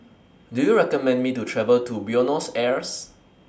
Do YOU recommend Me to travel to Buenos Aires